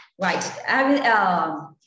Right